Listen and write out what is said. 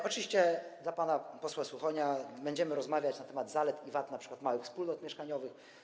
Do pana posła Suchonia - będziemy rozmawiać na temat zalet i wad np. małych wspólnot mieszkaniowych.